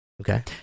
Okay